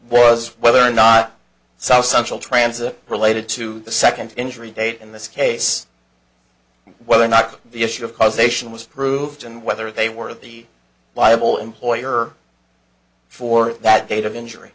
was whether or not southcentral transit related to the second injury date in this case whether or not the issue of causation was proved and whether they were the viable employer for that date of injury